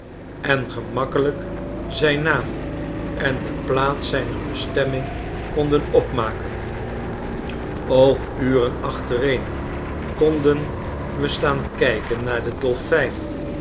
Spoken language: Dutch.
en gemakkelijk zijn naam en de plaats zijner bestemming konden opmaken ook uren achtereen konden we staan kijken naar de dolfijnen